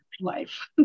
life